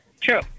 True